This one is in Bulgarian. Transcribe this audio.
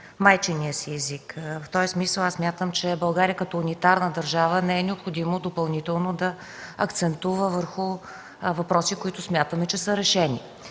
майчиния си език. В този смисъл, мисля, че България като унитарна държава не е необходимо допълнително да акцентува върху въпроси, които смятаме, че са решени.